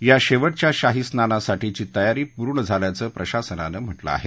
या शेवटच्या शाहीस्नानासाठीची तयारी पूर्ण झाल्याचं प्रशासनानं म्हटलं आहे